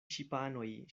ŝipanoj